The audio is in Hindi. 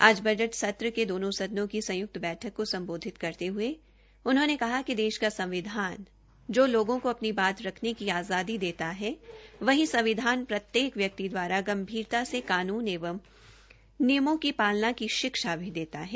आज बज सत्र के दोनों सदनों की संयुक्त बैठक को सम्बोधित करते ह्ये उन्होंने कहा कि देश का संविधान जो लोंगों को अपनी बात रखने की आज़ादी देता है वहीं संविधान प्रत्येक व्यक्ति दवारा गंभीरता से कानून एवं नियमों की पालना की शिक्षा भी देता है